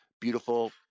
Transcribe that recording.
beautiful